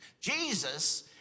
Jesus